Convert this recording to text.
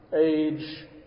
age